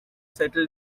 settle